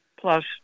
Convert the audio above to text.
Plus